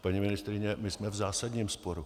Paní ministryně, my jsme v zásadním sporu.